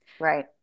Right